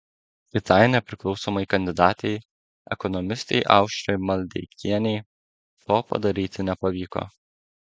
kitai nepriklausomai kandidatei ekonomistei aušrai maldeikienei to padaryti nepavyko